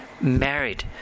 married